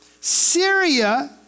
Syria